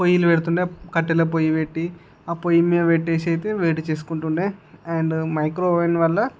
పోయ్యిలు పెడుతుండే కట్టెల పొయ్యి పెట్టి ఆ పొయ్యి మీద పెట్టి అయితే వేడి చేసుకుంటుండే అండ్ మైక్రో ఓవెన్ వల్ల